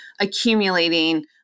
accumulating